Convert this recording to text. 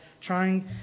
trying